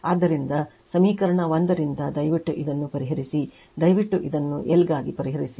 ಆದ್ದರಿಂದ ಸಮೀಕರಣ 1 ರಿಂದ ದಯವಿಟ್ಟು ಇದನ್ನು ಪರಿಹರಿಸಿ ದಯವಿಟ್ಟು ಇದನ್ನು L ಗಾಗಿ ಪರಿಹರಿಸಿ